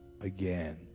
again